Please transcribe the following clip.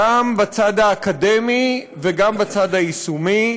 גם בצד האקדמי וגם בצד היישומי.